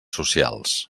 socials